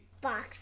Box